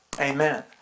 Amen